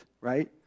right